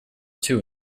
two